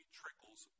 trickles